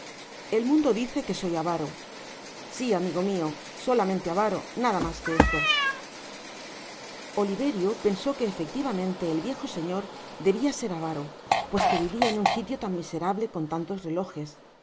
el mundo dice que soy avaro si amigo mio solamente avaro nada mas que esto oliverio pensó que efectivamente el viejo señor debia ser avaro pues que vivia ea un sitio tan miserable con tantos relojes